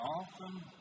often